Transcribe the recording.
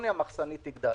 גם המחסנית תגדל.